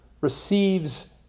receives